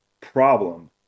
problem